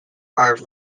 are